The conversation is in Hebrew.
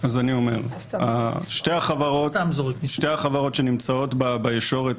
אז אני אומר, שתי החברות שנמצאות בישורת